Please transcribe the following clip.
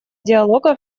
диалога